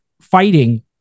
fighting